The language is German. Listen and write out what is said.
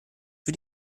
für